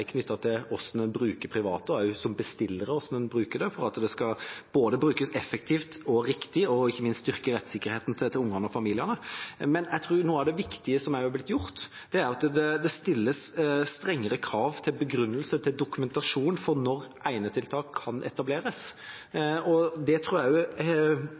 til hvordan en bruker private, og også hvordan man som bestillere bruker private, for at det skal brukes både effektivt og riktig og ikke minst styrke rettssikkerheten til ungene og familiene. Noe av det viktige som har blitt gjort, er at det stilles strengere krav til begrunnelse – og til dokumentasjon – for når enetiltak kan etableres. Den restriktive eller strengere kontrollen tror jeg